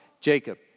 Jacob